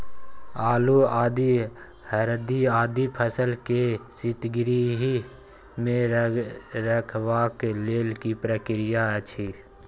आलू, आदि, हरदी आदि फसल के शीतगृह मे रखबाक लेल की प्रक्रिया अछि?